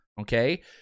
okay